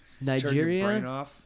Nigeria